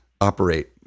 operate